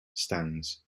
stands